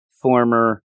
former